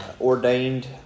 ordained